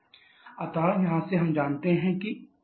Pint अतः यहां से हम जानते हैं कि x6h6 hf